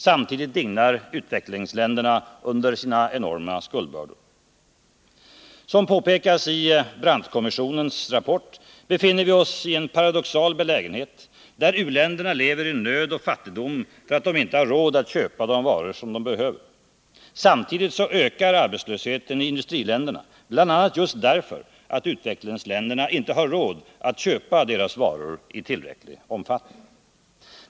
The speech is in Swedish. Samtidigt dignar utvecklingsländerna under sina enorma skuldbördor. Som påpekats i Brandtkommissionens rapport befinner vi oss i en paradoxal belägenhet, där u-länderna lever i nöd och fattigdom och inte har råd att köpa de varor som de behöver. Samtidigt ökar arbetslösheten i industriländerna, bl.a. just därför att utvecklingsländerna inte har råd att köpa deras varor i tillräcklig omfattning.